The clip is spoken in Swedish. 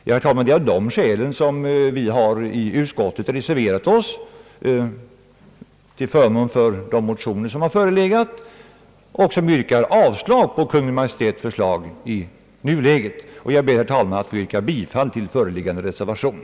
Det är, herr talman, av dessa skäl som vi i utskottet har reserverat oss till förmån för de motioner som har förelegat och i vilka yrkas avslag på Kungl. Maj:ts förslag i nuläget. Jag ber, herr talman, att få yrka bifall till föreliggande reservation.